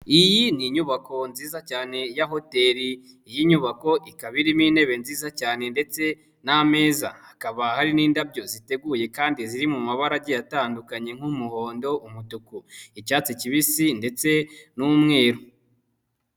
Iyi ni inyubako nziza cyane ya hoteri. Iyi nyubako ikaba irimo intebe nziza cyane ndetse n'ameza, hakaba hari n'indabyo ziteguye kandi ziri mu mabara agiye atandukanye nk'umuhondo umutuku, icyatsi kibisi ndetse n'umweru.